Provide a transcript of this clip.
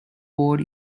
board